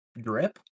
drip